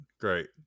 great